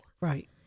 right